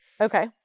Okay